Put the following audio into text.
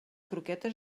croquetes